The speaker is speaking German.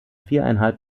viereinhalb